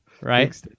right